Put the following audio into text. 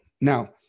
Now